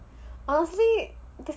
honestly